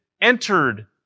entered